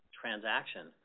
transaction